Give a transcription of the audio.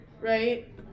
Right